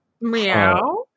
Meow